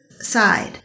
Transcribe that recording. side